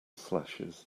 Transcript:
slashes